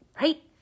right